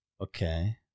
Okay